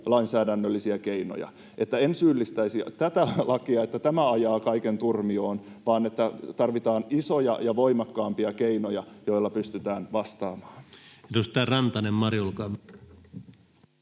lainsäädännöllisiä keinoja. En syyllistäisi tätä lakia, että tämä ajaa kaiken turmioon, vaan tarvitaan isoja ja voimakkaampia keinoja, joilla pystytään vastaamaan. Edustaja Rantanen, Mari, olkaa